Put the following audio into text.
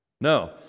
No